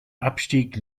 abstieg